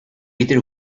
peter